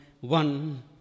one